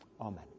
Amen